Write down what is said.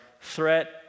threat